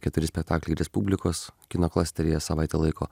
keturi spektakliai respublikos kino klasteryje savaitę laiko